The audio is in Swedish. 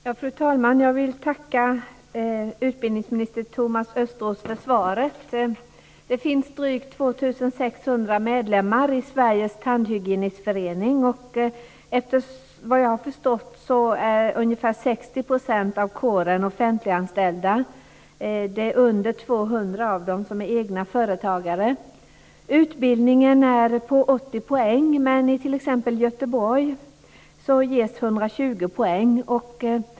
Fru talman! Jag vill tacka utbildningsminister Thomas Östros för svaret. Det finns drygt 2 600 medlemmar i Sveriges Tandhygienistförening. Efter vad jag har förstått är ungefär 60 % av kåren offentliganställda. Det är under 200 av dem som är egna företagare. Utbildningen är på 80 poäng, men i t.ex. Göteborg ges 120 poäng.